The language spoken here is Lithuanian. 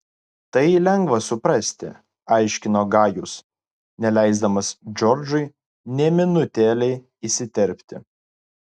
tai lengva suprasti aiškino gajus neleisdamas džordžui nė minutėlei įsiterpti